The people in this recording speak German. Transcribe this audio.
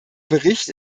bericht